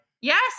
Yes